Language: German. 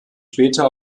später